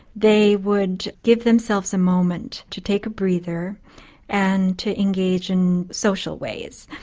they would give themselves a moment to take a breather and to engage in social ways.